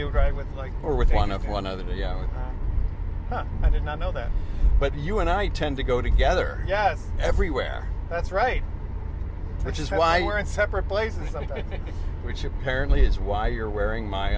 you ride with like or with one of one other you know i did not know that but you and i tend to go together yes everywhere that's right which is why we're in separate places i think which apparently is why you're wearing my